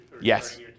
Yes